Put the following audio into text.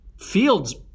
Fields